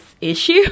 issue